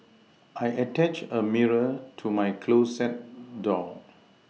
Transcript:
I attached a mirror to my closet door